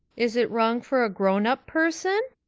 is it wrong for a grown-up person?